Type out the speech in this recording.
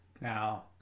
Now